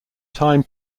time